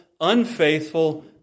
unfaithful